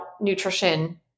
nutrition